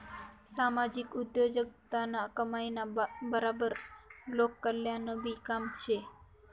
सामाजिक उद्योगजगतनं कमाईना बराबर लोककल्याणनंबी काम शे